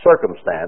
circumstance